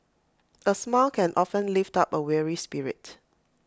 A smile can often lift up A weary spirit